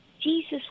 Jesus